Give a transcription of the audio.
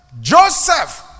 Joseph